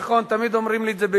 תמיד אומרים לי את זה,